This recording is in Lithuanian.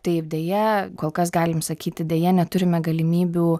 taip deja kol kas galim sakyti deja neturime galimybių